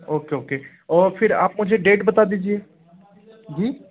okay okay और फिर आप मुझे डेट बता दीजिए जी